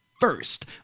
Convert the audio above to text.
first